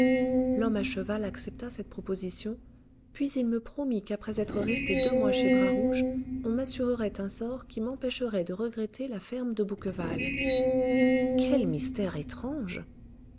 l'homme à cheval accepta cette proposition puis il me promit qu'après être restée deux mois chez bras rouge on m'assurerait un sort qui m'empêcherait de regretter la ferme de bouqueval quel mystère étrange